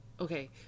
okay